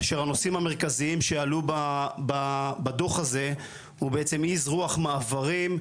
כאשר הנושאים המרכזיים שעלו בדו"ח הזה הוא בעצם אזרוח מעברים,